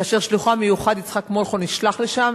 כאשר שליחו המיוחד יצחק מולכו נשלח לשם